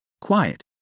quiet